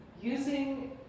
using